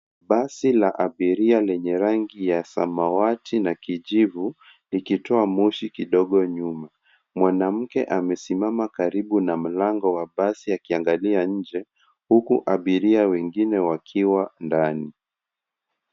Basi la abiria lenye rangi ya samawati na ya kijivu likitoa moshi kidogo nyuma. Mwanamke amesimama karibu na mlango wa basi akiangalia nje huku abiria wengine wakiwa ndani.